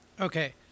Okay